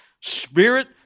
spirit